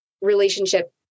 relationship